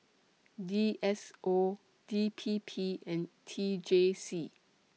D S O D P P and T J C